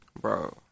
bro